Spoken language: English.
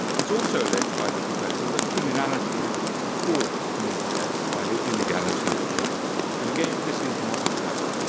it's also alleged by the proposals that criminality is ah caused, more or less, by the illegality of drugs. and again, this is not so.